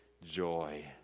Joy